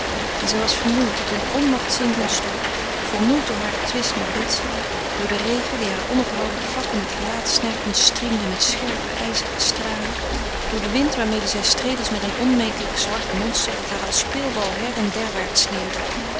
en zij was vermoeid tot in onmacht zinkens toe vermoeid door haren twist met betsy door den regen die haar onophoudelijk vlak in het gelaat snerpend striemde met scherpe ijzige stralen door den wind waarmede zij streed als met een onmetelijk zwart monster dat haar als speelbal her en derwaarts slierde